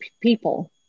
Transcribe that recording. people